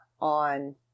on